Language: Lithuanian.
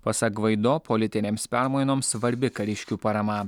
pasak gvaido politinėms permainoms svarbi kariškių parama